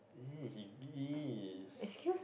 !ee! he !ee!